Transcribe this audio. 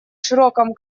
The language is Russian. широком